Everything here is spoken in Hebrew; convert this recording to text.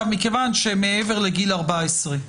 מכיוון שמעבר לגיל 14,